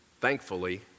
thankfully